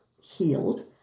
healed